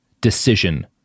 decision